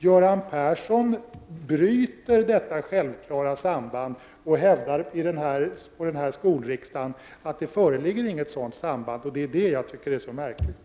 Göran Persson däremot, förnekar detta samband. Han hävdade på skolriksdagen att det inte föreligger något sådant samband. Det finner jag minst sagt märkligt.